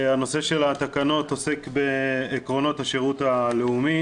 הנושא של התקנות עוסק בעקרונות השירות הלאומי